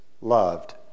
loved